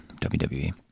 WWE